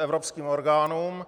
evropským orgánům.